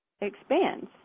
expands